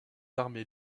armées